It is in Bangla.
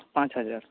পাঁচ হাজার